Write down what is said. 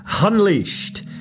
Unleashed